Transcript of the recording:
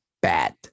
bad